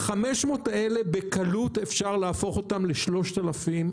אותם 500 בקלות אפשר להפוך אותם ל-3,000,